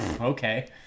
okay